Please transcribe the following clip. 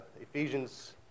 Ephesians